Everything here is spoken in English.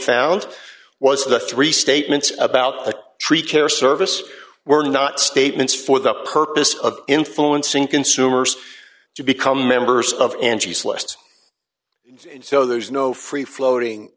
found was the three statements about the tree care service were not statements for the purpose of influencing consumers to become members of angie's list so there's no free floating